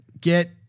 get